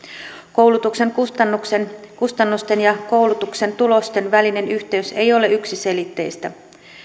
koulutuksen kustannusten kustannusten ja koulutuksen tulosten välinen yhteys ei ole yksiselitteistä